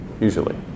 usually